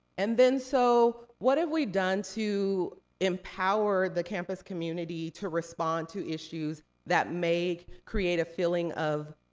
and then, so what have we done to empower the campus community to respond to issues that may create a feeling of